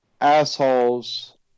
assholes